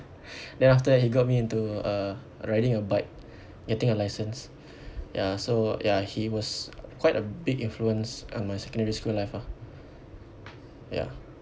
then after that he got me into uh riding a bike getting a license ya so ya he was quite a big influence on my secondary school life ah ya